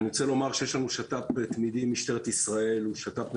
יש לנו שת"פ תמידי עם משטרת ישראל, שת"פ מצוין,